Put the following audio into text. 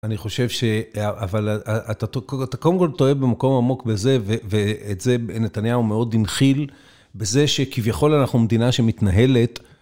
אני חושב ש... אבל אתה קודם כל טועה במקום עמוק בזה, ואת זה נתניהו מאוד הנחיל בזה שכביכול אנחנו מדינה שמתנהלת.